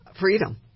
freedom